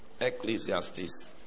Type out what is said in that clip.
Ecclesiastes